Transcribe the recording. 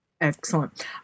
Excellent